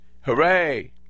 hooray